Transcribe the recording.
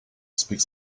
speaks